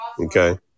Okay